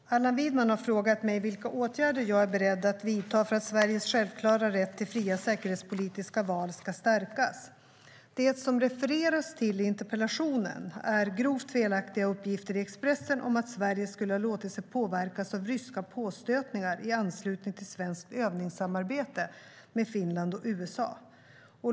Herr talman! Allan Widman har frågat mig vilka åtgärder jag är beredd att vidta för att Sveriges självklara rätt till fria säkerhetspolitiska val ska stärkas. Det som refereras till i interpellationen är grovt felaktiga uppgifter i Expressen om att Sverige skulle ha låtit sig påverkas av ryska påstötningar i anslutning till svenskt övningssamarbete med Finland och USA.